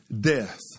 death